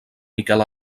miquel